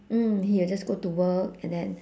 mm he will just go to work and then